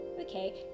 okay